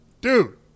Dude